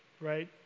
right